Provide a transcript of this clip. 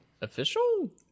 official